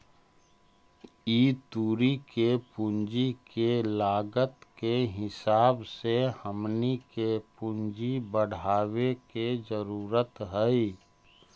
ई तुरी के पूंजी के लागत के हिसाब से हमनी के पूंजी बढ़ाबे के जरूरत हई